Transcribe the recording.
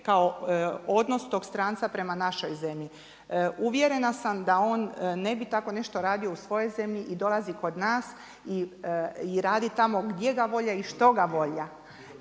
kao odnos tog stranca prema našoj zemlji. Uvjerena sam da on ne bi tako nešto radio u svojoj zemlji, dolazi kod nas i radi tamo gdje ga volja i što ga volja